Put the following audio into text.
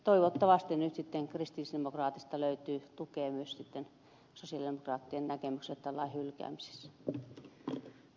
toivottavasti nyt sitten kristillisdemokraateista löytyy tukea myös sitten sosialidemokraattien näkemykselle tämän lain hylkäämisestä